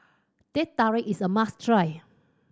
Teh Tarik is a must try